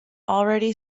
already